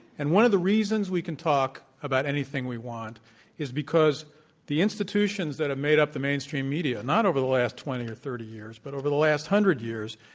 and one of the reasons we can talk about anything we want is because the institutions that have made up the mainstream media, not over the past twenty or thirty years but over the last hundred years,